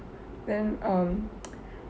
then um